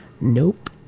Nope